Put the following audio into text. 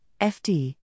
FD